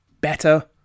Better